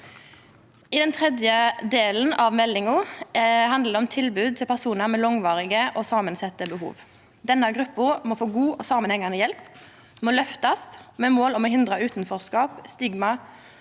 Den tredje delen av meldinga handlar om tilbod til personar med langvarige og samansette behov. Denne gruppa må få god og samanhengjande hjelp og må løftast med mål om å hindra utanforskap, stigma,